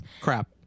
Crap